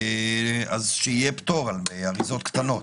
אריזות קטנות.